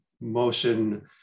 motion